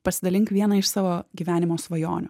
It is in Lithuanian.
pasidalink viena iš savo gyvenimo svajonių